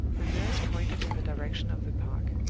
the nurse pointed in the direction of the park.